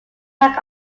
rank